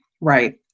right